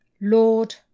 Lord